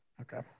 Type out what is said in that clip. Okay